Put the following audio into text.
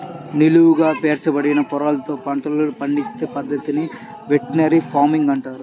నిలువుగా పేర్చబడిన పొరలలో పంటలను పండించే పద్ధతిని వెర్టికల్ ఫార్మింగ్ అంటారు